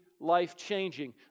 life-changing